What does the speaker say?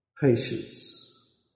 patience